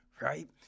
right